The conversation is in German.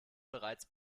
bereits